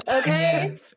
Okay